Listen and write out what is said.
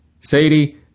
Sadie